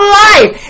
life